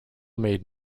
made